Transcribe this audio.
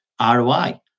ROI